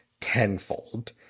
tenfold